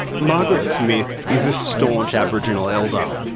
margaret smith is a staunch aboriginal elder,